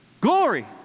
Glory